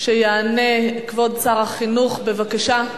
שיענה עליה כבוד שר החינוך, בבקשה,